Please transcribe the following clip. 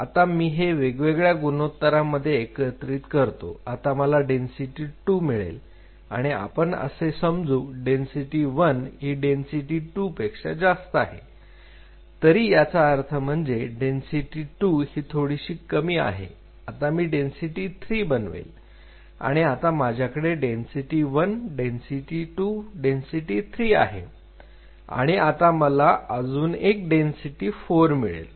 आता मी हे वेगवेगळ्या गुणोत्तरमध्ये एकत्रित करतो आता मला डेन्सिटी 2 मिळेल आणि आपण असे समजू डेन्सिटी 1 ही डेन्सिटी 2 पेक्षा जास्त आहे तरी याचा अर्थ म्हणजे डेन्सिटी 2 ही थोडीशी कमी आहे आता मी डेन्सिटी 3 बनवेल आणि आता माझ्याकडे डेन्सिटी 1 डेन्सिटी 2 डेन्सिटी 3 आहे आणि आता मला अजून एक डेन्सिटी 4 मिळेल